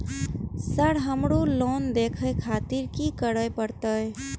Sir हमरो loan देखें खातिर की करें परतें?